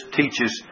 teaches